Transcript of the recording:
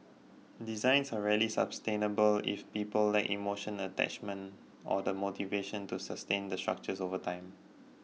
designs are rarely sustainable if people lack emotional attachment or the motivation to sustain the structures over time